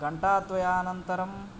घण्टाद्वयानन्तरम्